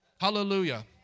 Hallelujah